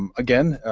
um again,